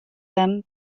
them